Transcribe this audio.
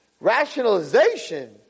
rationalization